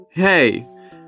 Hey